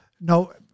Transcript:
No